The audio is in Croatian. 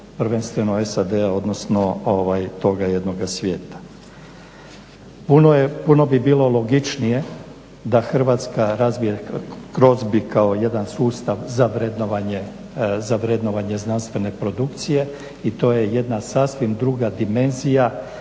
prvenstveno SAD-a, odnosno toga jednoga svijeta. Puno bi bilo logičnije da Hrvatska razvije crosby kao jedan sustav za vrednovanje znanstvene produkcije i to je jedna sasvim druga dimenzija